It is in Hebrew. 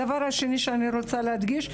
דבר שני שאני רוצה להדגיש,